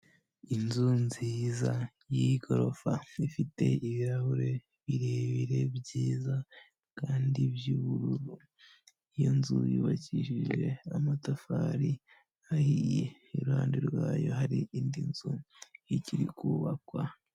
Inzu nziza y'igorofa, ifite ibirahure birebire byiza kandi by'ubururu. Iyo nzu yubakishije amatafari ahiye, iruhande rwayo hari indi nzu ikiri kubakwa.